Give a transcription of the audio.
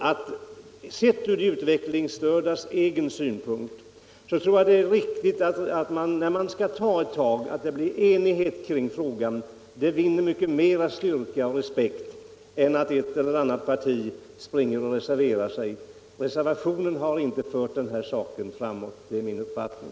Sett från de utvecklingsstördas egen synpunkt tycker jag det är viktigt att det råder enighet i en sådan här fråga, när man skall ta ett ordentligt tag. Då vinner man mycket mer i styrka och respekt än om ett eller annat parti skyndar före och reserverar sig. Reservationen har inte fört denna fråga framåt, det är min uppfattning.